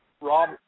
Rob